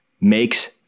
makes